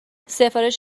سفارش